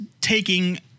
taking